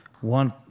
one